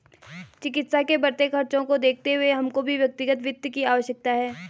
चिकित्सा के बढ़ते खर्चों को देखते हुए हमको भी व्यक्तिगत वित्त की आवश्यकता है